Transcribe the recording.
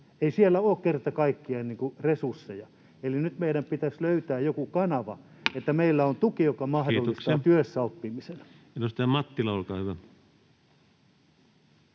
ei ole kerta kaikkiaan resursseja, eli nyt meidän pitäisi löytää joku kanava, että meillä on tuki, joka mahdollistaa työssäoppimisen. Kiitoksia.